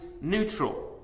neutral